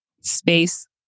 space